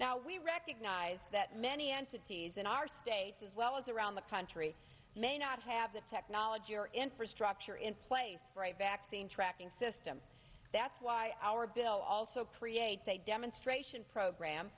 now we recognize that many entities in our states as well as around the country may not have the technology or infrastructure in place right back to being tracking system that's why our bill also creates a demonstration program